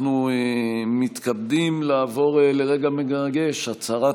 אנחנו מתכבדים לעבור לרגע מרגש: הצהרת